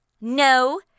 No